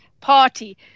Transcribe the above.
party